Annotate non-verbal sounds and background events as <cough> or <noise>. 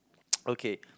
<noise> okay